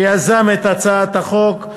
שיזם את הצעת החוק.